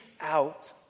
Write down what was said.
out